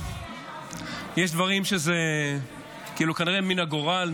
יש דברים שכאילו נראים מן הגורל,